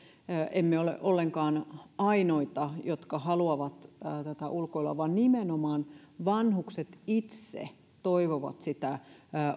emme ole ollenkaan ainoita jotka haluavat tätä ulkoilua vaan nimenomaan vanhukset itse toivovat sitä